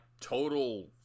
total